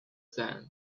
sand